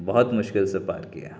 بہت مشکل سے پار کیا